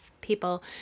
people